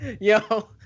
Yo